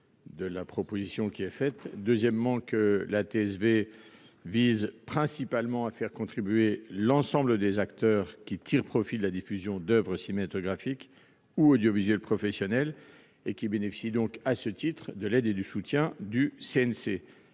de la proposition qui est faite. Deuxièmement, la TSV vise principalement à faire contribuer l'ensemble des acteurs qui tirent profit de la diffusion d'oeuvres cinématographiques ou audiovisuelles professionnelles, et qui bénéficient, à ce titre, du soutien du CNC.